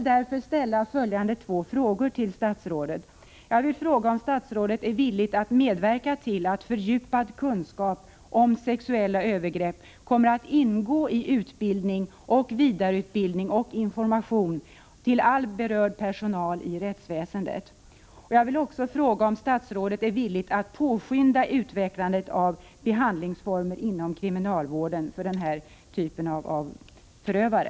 Är statsrådet villig att medverka till att fördjupad kunskap om sexuella övergrepp kommer att ingå i utbildning och vidareutbildning samt information när det gäller all berörd personal inom rättsväsendet? Vidare: Är statsrådet villig att påskynda utvecklandet av behandlingsformer inom kriminalvården då det gäller den här typen av förövare?